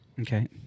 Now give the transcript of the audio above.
Okay